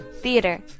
theater